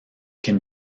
can